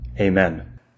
amen